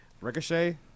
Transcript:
Ricochet